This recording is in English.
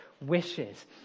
wishes